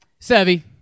Sevi